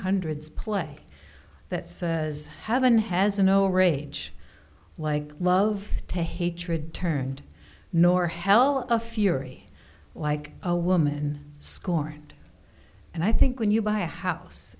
hundreds play that says heaven has no rage like love to hatred turned nor hell a fury like a woman scorned and i think when you buy a house